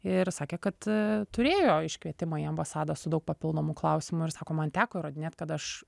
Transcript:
ir sakė kad turėjo iškvietimą į ambasadą su daug papildomų klausimų ir sako man teko įrodinėt kad aš